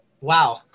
Wow